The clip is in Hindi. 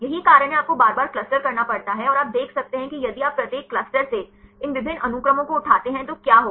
यही कारण है आपको बार बार क्लस्टर करना पड़ता है और आप देख सकते हैं कि यदि आप प्रत्येक क्लस्टर से इन विभिन्न अनुक्रमों को उठाते हैं तो क्या होगा